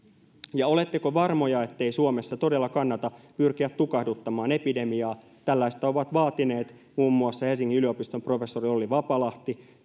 ja oletteko varmoja ettei suomessa todella kannata pyrkiä tukahduttamaan epidemiaa tällaista ovat vaatineet muun muassa helsingin yliopiston professori olli vapalahti